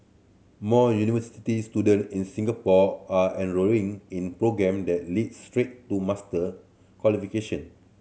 more university student in Singapore are enrolling in programme that lead straight to master qualification